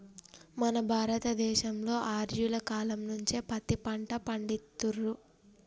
మన భారత దేశంలో ఆర్యుల కాలం నుంచే పత్తి పంట పండిత్తుర్రు